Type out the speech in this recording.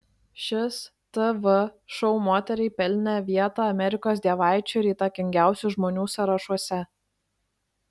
šis tv šou moteriai pelnė vietą amerikos dievaičių ir įtakingiausių žmonių sąrašuose